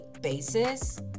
basis